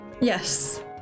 Yes